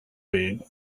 being